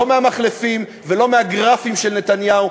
לא מהמחלפים ולא מהגרפים של נתניהו.